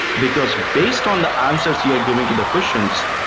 because based on the answers you are giving to the questions,